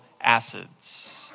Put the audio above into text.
acids